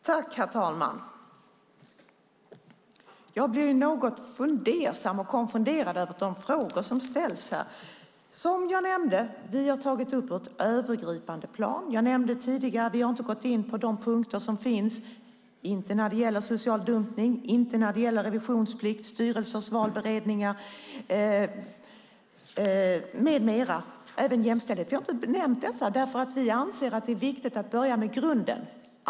Herr talman! Jag blir något konfunderad över de frågor som ställs. Som jag sade har vi tagit upp detta på ett övergripande plan. Jag nämnde tidigare att vi inte har gått in på de punkter som finns, de som gäller social dumpning, revisionsplikt, styrelsers valberedningar, jämställdhet med mera. Vi har inte nämnt dem eftersom vi anser att det är viktigt att börja med grunden.